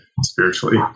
spiritually